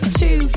two